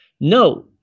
no